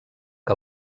que